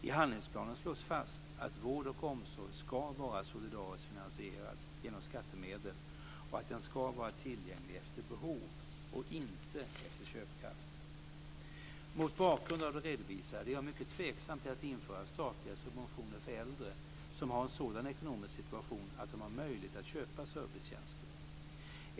I handlingsplanen slås fast att vård och omsorg ska vara solidariskt finansierad genom skattemedel och att den ska vara tillgänglig efter behov och inte efter köpkraft. Mot bakgrund av det redovisade är jag mycket tveksam till att införa statliga subventioner för äldre som har en sådan ekonomisk situation att de har möjlighet att köpa servicetjänster.